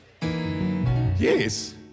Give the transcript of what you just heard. Yes